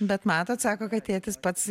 bet matot sako kad tėtis pats